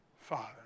Father